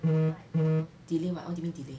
delay what what do you mean delay